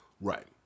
Right